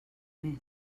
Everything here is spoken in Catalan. més